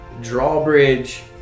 drawbridge